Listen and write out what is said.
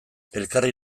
elkarri